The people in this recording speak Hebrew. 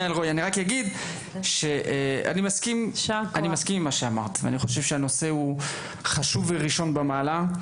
אני מסכים עם מה שאמרת וחושב שמדובר בנושא חשוב וראשון במעלה.